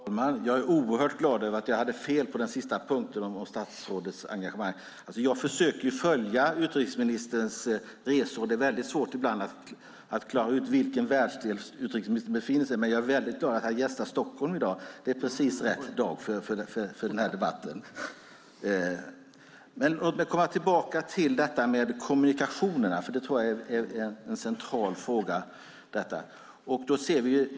Fru talman! Jag är oerhört glad över att jag hade fel på den sista punkten, om statsrådets engagemang. Jag försöker ju följa utrikesministerns resor. Det är svårt ibland att klara ut vilken världsdel som utrikesministern befinner sig i, men jag är väldigt glad åt att han gästar Stockholm i dag. Det är precis rätt dag för den här debatten. Låt mig komma tillbaka till kommunikationerna. Det tror jag är en central fråga.